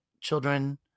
children